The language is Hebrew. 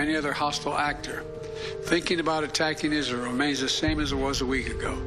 חברי הכנסת יקבלו הודעה של רבע שעה מראש לפני חידוש הישיבה.